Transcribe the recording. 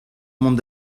mont